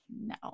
no